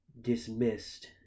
dismissed